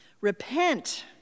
Repent